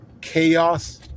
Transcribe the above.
chaos